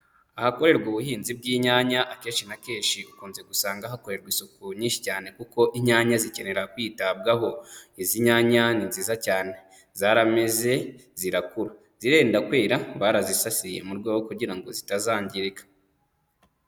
Ahakorerwa ubuhinzi bw'inyanya akenshi na kenshi ukunze gusanga hakorerwa isuku nyinshi cyane kuko inyanya zikenera kwitabwaho. Izi nyanya ni nziza cyane, zarameze zirakura, zirenda kwera barazisasiye mu rwego rwo kugira ngo zitazangirika.